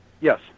Yes